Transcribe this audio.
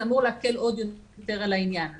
זה אמור להקל עוד יותר על העניין הזה.